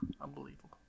Unbelievable